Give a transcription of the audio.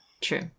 True